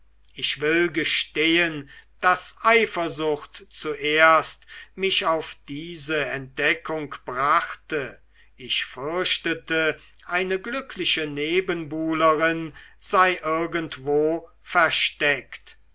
ich will gestehen daß eifersucht zuerst mich auf diese entdeckung brachte ich fürchtete eine glückliche nebenbuhlerin sei irgendwo versteckt